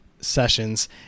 sessions